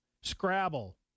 Scrabble